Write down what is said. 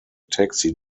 taxi